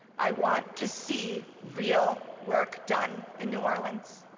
i want to see real work done in new orleans.